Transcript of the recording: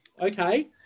okay